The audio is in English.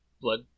Blood